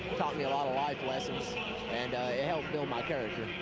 taught me a lot of life lessons and helped build my character.